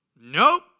Nope